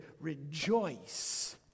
rejoice